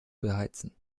beheizen